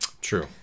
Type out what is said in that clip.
True